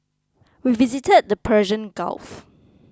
we visited the Persian Gulf